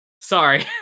sorry